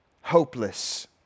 hopeless